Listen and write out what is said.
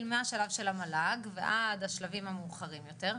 מהשלב של המל"ג ועד השלבים המאוחרים יותר,